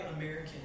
American